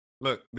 Look